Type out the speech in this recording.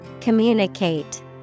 Communicate